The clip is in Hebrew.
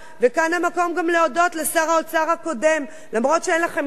כאן המקום גם להודות לשר האוצר הקודם, רוני